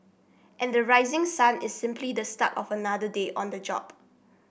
and the rising sun is simply the start of another day on the job